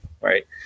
right